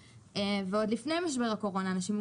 עוד לפני משבר הקורונה אנשים עם